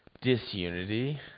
disunity